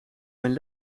mijn